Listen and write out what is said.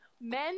Men